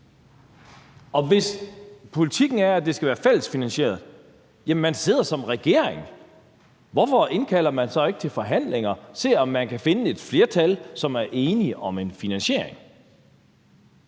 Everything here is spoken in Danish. Og hvis politikken er, at det skal være fællesfinansieret, hvorfor indkalder man så ikke til forhandlinger – man sidder som regering – og ser, om man kan finde et flertal, som er enige om en finansiering?